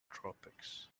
tropics